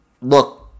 Look